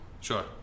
Sure